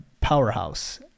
powerhouse